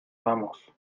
vamos